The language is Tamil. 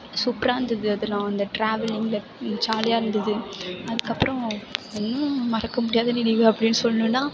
சூப்பராக இருந்தது அதலாம் அந்த ட்ராவலிங் அந்த ஜாலியாக இருந்தது அதுக்கப்புறம் இன்னும் மறக்க முடியாத நினைவு அப்படின்னு சொல்லணுன்னா